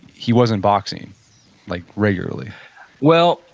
he wasn't boxing like regularly well,